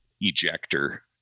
ejector